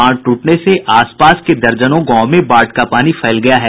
बांध टूटने से आस पास के दर्जनों गांवों में बाढ़ का पानी फैल गया है